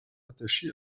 attachée